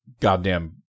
goddamn